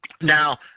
Now